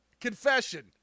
Confession